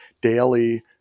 daily